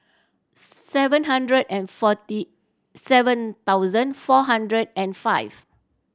seven hundred and forty seven thousand four hundred and five